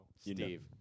Steve